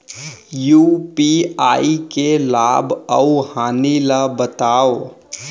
UPI के लाभ अऊ हानि ला बतावव